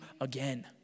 again